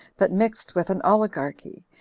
but mixed with an oligarchy,